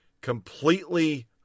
completely